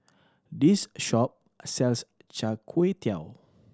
this shop sells Char Kway Teow